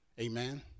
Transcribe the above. Amen